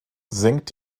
senkt